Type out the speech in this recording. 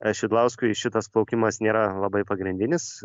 šidlauskui šitas plaukimas nėra labai pagrindinis